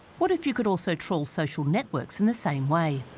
what if you could also troll social networks in the same way?